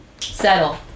Settle